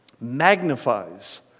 magnifies